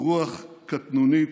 רוח קטנונית,